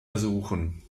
ersuchen